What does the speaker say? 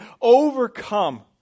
overcome